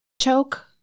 choke